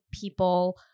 people